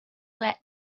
that